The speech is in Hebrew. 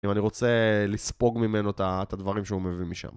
אם אני רוצה לספוג ממנו את הדברים שהוא מביא משם.